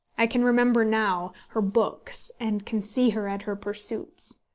i can remember now her books, and can see her at her pursuits.